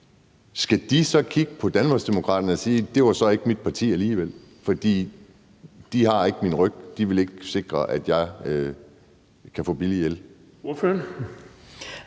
skal de så kigge på Danmarksdemokraterne og sige, at det så ikke var mit parti alligevel, for de har ikke min ryg, og de vil ikke sikre, at jeg kan få billig el?